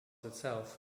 itself